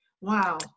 Wow